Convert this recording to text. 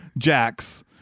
Jax